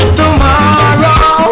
tomorrow